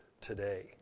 Today